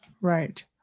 right